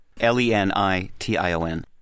L-E-N-I-T-I-O-N